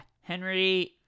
Henry